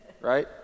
right